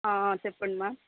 చెప్పండి మ్యామ్